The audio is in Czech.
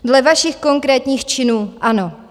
Dle vašich konkrétních činů ano.